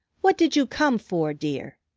what did you come for, dear?